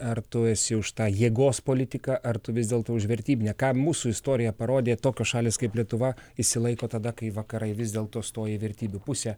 ar tu esi už tą jėgos politiką ar tu vis dėlto už vertybinę ką mūsų istorija parodė tokios šalys kaip lietuva išsilaiko tada kai vakarai vis dėl to stoja į vertybių pusę